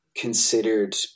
considered